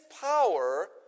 power